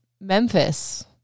Memphis